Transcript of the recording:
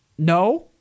No